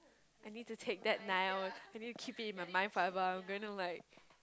I need to take that now I need to keep it in my mind forever I'm going to like